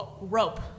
rope